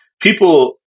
people